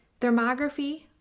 Thermography